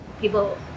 People